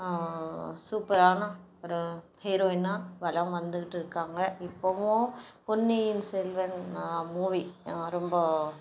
சூப்பரான ஒரு ஹீரோயினா வளம் வந்துக்கிட்டு இருக்காங்க இப்போவும் பொன்னியின் செல்வன் மூவி ரொம்ப